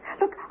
Look